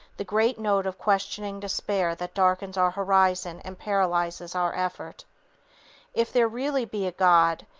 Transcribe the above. the great note of questioning despair that darkens our horizon and paralyzes our effort if there really be a god,